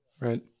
Right